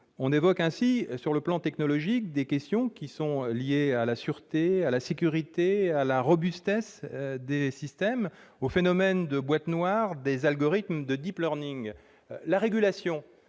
On évoque ainsi, sur le plan technologique, des questions liées à la sûreté, à la sécurité et à la robustesse des systèmes, au phénomène de boîtes noires des algorithmes, de. La régulation